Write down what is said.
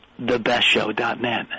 thebestshow.net